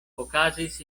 okazis